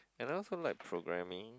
and I also like programming